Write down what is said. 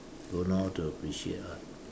don't know how to appreciate art